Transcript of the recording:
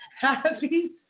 happy